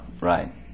Right